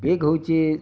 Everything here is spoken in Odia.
ବେଗ୍ ହଉଛେ